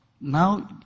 now